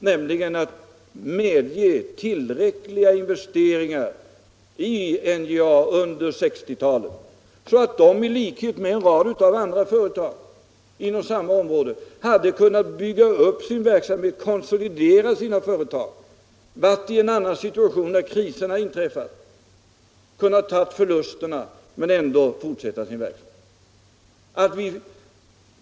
Vi borde ha medgivit tillräckliga investeringar vid NJA under 1960-talet, så att NJA i likhet med en rad andra företag inom samma verksamhetsområde hade kunnat konsolideras och bygga upp sin verksamhet så att företaget, när kriserna inträffade, hade kunnat ta förlusterna och ändå fortsätta verksamheten.